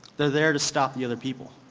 there there to stop the other people.